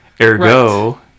ergo